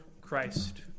Christ